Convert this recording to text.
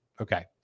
Okay